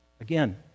Again